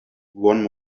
one